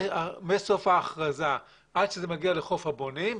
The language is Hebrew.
מסוף ההכרזה עד שזה מגיע לחוף הבונים,